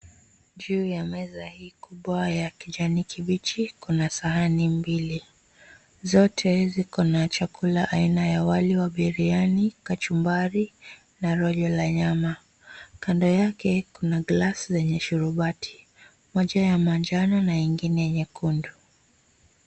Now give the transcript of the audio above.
Juu ya meza hii kubwa ya kijani kibichi kuna sahani mbili. Zote ziko na chakula aina ya wali wa biriyani, kachumbari na rojo la nyama. Kando yake kuna glass zenye sharubati. Moja ya manjano na ingine nyekundu.